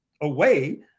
away